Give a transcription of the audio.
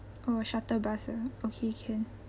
oh shuttle bus ah okay can